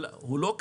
אני יודע שכל